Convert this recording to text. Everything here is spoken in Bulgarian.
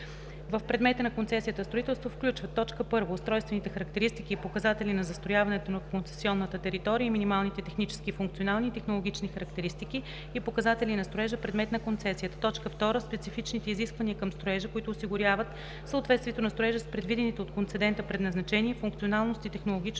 в предмета на концесията строителство включват: 1. устройствените характеристики и показатели на застрояването на концесионната територия и минимални технически, функционални и технологични характеристики и показатели на строежа – предмет на концесията; 2. специфичните изисквания към строежа, които осигуряват съответствието на строежа с предвидените от концедента предназначение, функционалност и технологичност